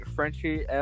Frenchie